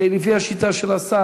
כי לפי השיטה של השר,